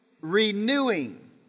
Renewing